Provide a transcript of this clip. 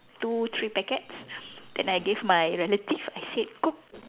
two three packets then I gave my relative I said cook